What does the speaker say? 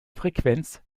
frequenz